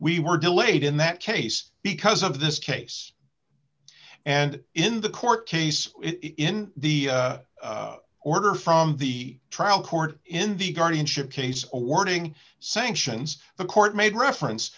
we were delayed in that case because of this case and in the court case in the order from the trial court in the guardianship case ordering sanctions the court made reference